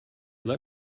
let